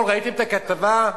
ראיתם אתמול את הכתבה?